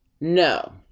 no